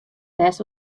bêst